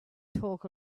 talk